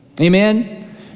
Amen